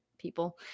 people